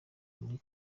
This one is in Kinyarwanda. muri